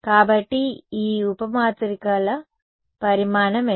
కాబట్టి ఈ ఉప మాత్రికల పరిమాణం ఎంత